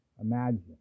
imagine